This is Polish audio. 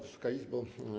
Wysoka Izbo!